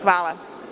Hvala.